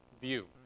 view